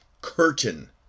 curtain